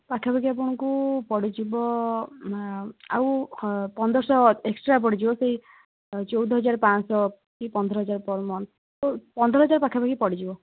ପାଖାପାଖି ଆପଣଙ୍କୁ ପଡ଼ିଯିବ ଆଉ ହଁ ପନ୍ଦରଶହ ଏକ୍ସଟ୍ରା ପଡ଼ିଯିବ ସେଇ ଚଉଦହଜାର ପାଞ୍ଚଶହ କି ପନ୍ଦରହଜାର ପର୍ ମନ୍ଥ ପନ୍ଦରହଜାର ପାଖାପାଖି ପଡ଼ିଯିବ